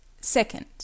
Second